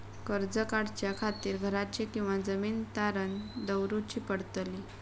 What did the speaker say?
कर्ज काढच्या खातीर घराची किंवा जमीन तारण दवरूची पडतली?